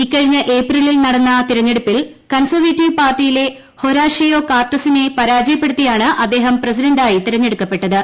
ഇക്കഴിഞ്ഞ ഏപ്രിലിൽ നടന്ന തിരഞ്ഞെടുപ്പിൽ കൺസർവേറ്റീവ് പാർട്ടിയിലെ ഹൊരാഷിയോ കാർട്ടസിനെ പരാജയപ്പെടുത്തിയാണ് അദ്ദേഹം പ്രസിഡന്റായി തിരഞ്ഞെടുക്കപ്പെട്ടത്